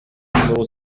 numéro